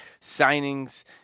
signings